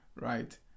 right